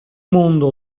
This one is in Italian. mondo